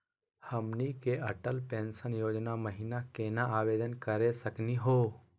हमनी के अटल पेंसन योजना महिना केना आवेदन करे सकनी हो?